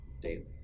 daily